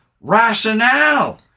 rationale